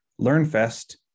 LearnFest